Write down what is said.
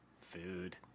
food